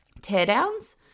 teardowns